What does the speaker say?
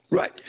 Right